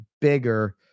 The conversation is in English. bigger